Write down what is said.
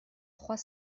trois